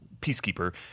peacekeeper